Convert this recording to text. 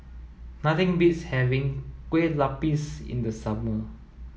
nothing beats having Kueh Lupis in the summer